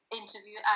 interview